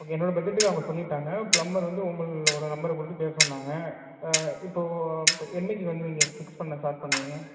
okay என்னோடய பஜ்ஜட்டுக்கு அவங்க சொல்லிட்டாங்க ப்லம்பர் வந்து உங்கள் ஒரு நம்பரை கொடுத்து பேச சொன்னாங்க இப்போ என்றைக்கு வந்து நீங்கள் ஃபிக்ஸ் பண்ண ஸ்டார்ட் பண்ணுவீங்க